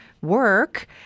work